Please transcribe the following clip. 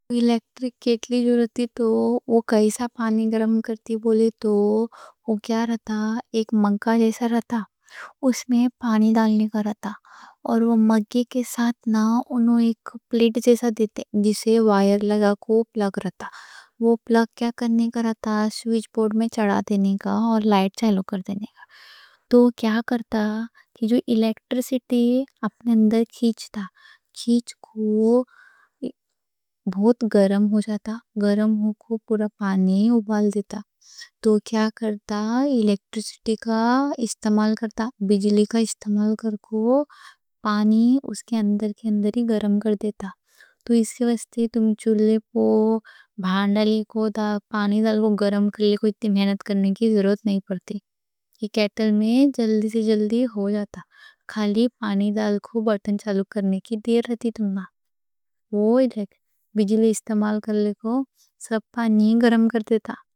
الیکٹرک کیٹلی جو رہتی تو وہ کیسا پانی گرم کرتی بولے تو۔ وہ کیا رہتا، ایک مگہ جیسا رہتا اس میں۔ پانی ڈالنے کا رہتا اور وہ مگے کے ساتھ انہوں ایک پلیٹ جیسا دیتے جسے وائر لگا کو پلگ رہتا۔ وہ پلگ کیا کرنے کا رہتا، سوئچ بورڈ میں چڑھا دینے کا اور لائٹ چالو کر دینے کا۔ تو کیا کرتا، جو الیکٹریسٹی اپنے اندر کھینچتا، کھینچ کو بہت گرم ہو جاتا، گرم ہو کو پورا پانی اُبال دیتا۔ تو کیا کرتا، الیکٹریسٹی کا استعمال کرتا، بجلی کا استعمال کر کو پانی اس کے اندر کے اندر ہی گرم کر دیتا۔ تو اس سے واسطے تم چلے پو بھان ڈالی کو دا پانی ڈال کو گرم کر لے کو اتنی محنت کرنے کی ضرورت نہیں پڑتی۔ کیٹلی میں جلدی سے جلدی ہو جاتا۔ خالی پانی ڈال کو بٹن چالو کرنے کی دیر رہتی، تمہاں بجلی استعمال کر لے کو سب پانی گرم کر دیتا۔